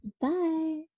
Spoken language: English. Bye